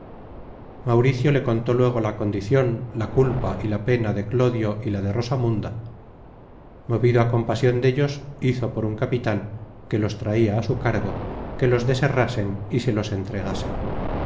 mauricio le contó luego la condicion la culpa y la pena de clodio y la de rosamunda movido á compasion dellos hizo por un capitan que los traia á su cargo que los desherrasen y se los entregasen